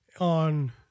on